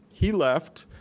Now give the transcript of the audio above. he left,